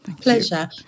Pleasure